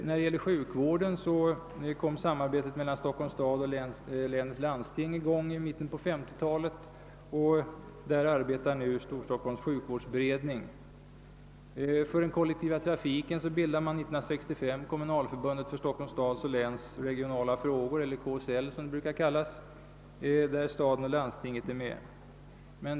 Beträffande sjukvården kom samarbetet mellan Stockholms stad och Stockholms läns landsting i gång i mitten på 1950-talet, och på det området arbetar nu Storstockholms sjukvårdsberedning. För den kollektiva trafiken bildade man 1965 Kommunalförbundet för Stockholms stads och läns regionala frågor, eller KSL som det brukar kallas. Där är staden och landstingen med.